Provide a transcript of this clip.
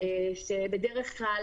שבדרך כלל,